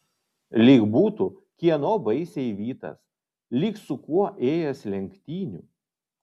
lyg būtų kieno baisiai vytas lyg su kuo ėjęs lenktynių